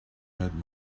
had